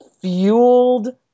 fueled